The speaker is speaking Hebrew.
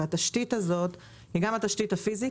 והתשתית הזאת היא גם תשתית פיזית